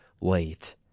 late